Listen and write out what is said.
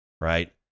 right